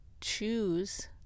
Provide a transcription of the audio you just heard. choose